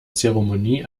zeremonie